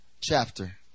chapter